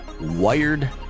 wired